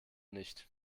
nicht